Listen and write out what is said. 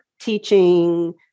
teaching